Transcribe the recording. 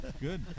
good